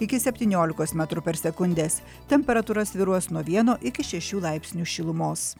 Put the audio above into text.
iki septyniolikos metrų per sekundes temperatūra svyruos nuo vieno iki šešių laipsnių šilumos